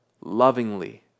lovingly